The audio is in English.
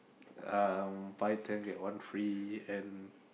um buy ten get one free and